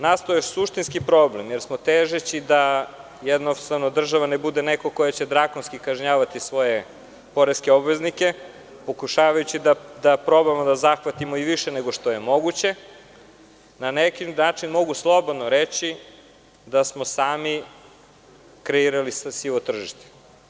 Nastao je suštinski problem jer smo, težeći jednostavno da država ne bude neko ko će drakonski kažnjavati svoje poreske obveznike, pokušavajući da probamo da zahvatimo i više nego što je moguće, na neki način, sami kreirali sivo tržište.